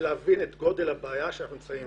ולהבין את גודל הבעיה בה אנחנו נמצאים.